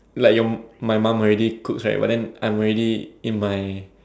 like your my mum already cooks right but I'm already in my